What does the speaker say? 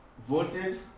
voted